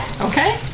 Okay